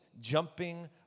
jumping